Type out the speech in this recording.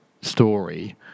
story